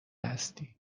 هستی